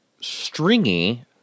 stringy